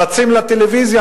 רצים לטלוויזיה,